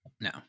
No